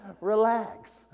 Relax